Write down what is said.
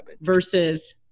versus